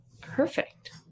Perfect